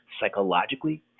psychologically